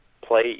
play